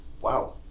Wow